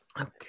Okay